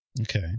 Okay